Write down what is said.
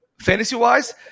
fantasy-wise